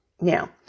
now